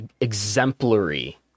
exemplary